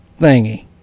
thingy